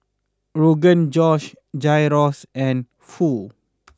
Rogan Josh Gyros and Pho